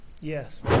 Yes